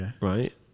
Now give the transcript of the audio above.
right